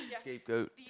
scapegoat